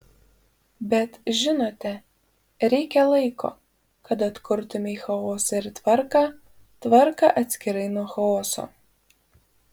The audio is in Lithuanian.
bet žinote reikia laiko kad atkurtumei chaosą ir tvarką tvarka atskirai nuo chaoso